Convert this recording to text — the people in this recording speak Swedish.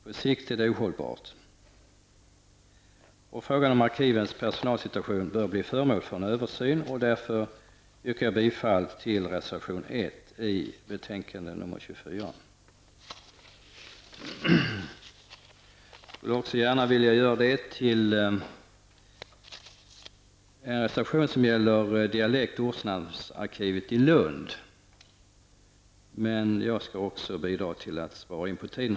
På sikt är det ohållbart. Frågan om arkivens personalsituation bör bli föremål för en översyn. Därför yrkar jag bifall till reservation 1 i betänkande 24. Jag skulle också vilja yrka bifall till en reservation som behandlar dialekts och ortnamnsarkivet i Lund. Jag skall emellertid också bidra till att spara tid.